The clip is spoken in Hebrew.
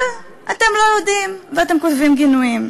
אבל אתם לא יודעים, ואתם כותבים גינויים.